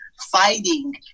fighting